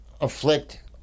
afflict